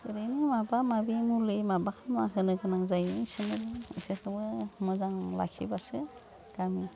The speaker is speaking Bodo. ओरैनो माबा माबि मुलि माबा खालामना होनो गोनां जायो इसोरनोबो इसोरखौबो मोजां लाखिबासो गामि